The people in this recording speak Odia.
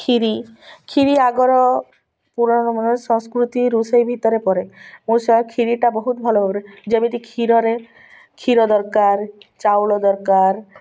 କ୍ଷୀରି କ୍ଷୀରି ଆଗର ସଂସ୍କୃତି ରୋଷେଇ ଭିତରେ ପରେ ମୁଁ କ୍ଷୀରିଟା ବହୁତ ଭଲ ଭାବରେ ଯେମିତି କ୍ଷୀରରେ କ୍ଷୀର ଦରକାର ଚାଉଳ ଦରକାର